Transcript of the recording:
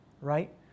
right